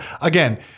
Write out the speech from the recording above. Again